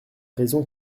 raisons